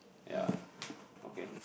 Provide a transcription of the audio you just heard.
yeah okay